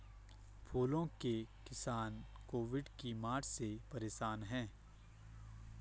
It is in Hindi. फूलों के किसान कोविड की मार से परेशान है